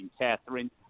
Catherine